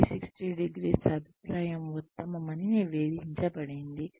360 ° అభిప్రాయం ఉత్తమమని నివేదించబడింది